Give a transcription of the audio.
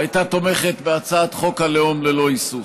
הייתה תומכת בהצעת חוק הלאום ללא היסוס.